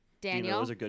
Daniel